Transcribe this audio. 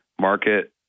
market